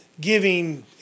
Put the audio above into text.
giving